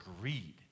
greed